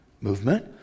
movement